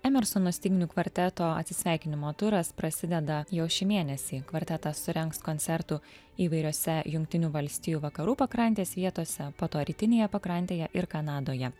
emersoną styginių kvarteto atsisveikinimo turas prasideda jau šį mėnesį kvartetas surengs koncertų įvairiose jungtinių valstijų vakarų pakrantės vietose po to rytinėje pakrantėje ir kanadoje